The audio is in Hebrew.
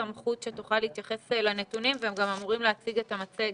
תחלואה ומדיניות הבדיקות.